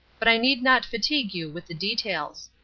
but i need not fatigue you with the details.